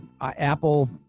Apple